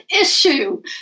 issue